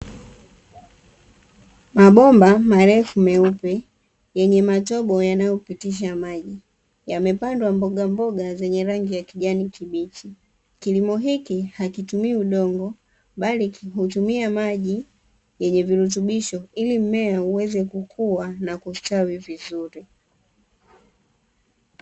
Mabomba marefu meupe yenye matobo yanayopitisha maji yamepangwa mboga mboga zenye rangi ya kijani kibichi. Kilimo hiki hakitumii udongo bali hutumia maji yenye virutubisho ili mmea uweze kukua na kustawi vizuri.